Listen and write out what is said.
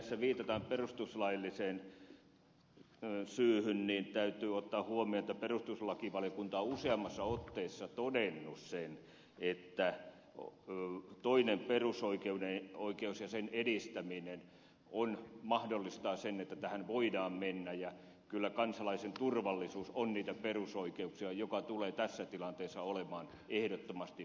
kun tässä viitataan perustuslailliseen syyhyn niin täytyy ottaa huomioon että perustuslakivaliokunta on useampaan otteeseen todennut sen että toinen perusoikeus ja sen edistäminen mahdollistaa sen että tähän voidaan mennä ja kyllä kansalaisen turvallisuus on perusoikeus joka tulee tässä tilanteessa olemaan ehdottomasti vahvempi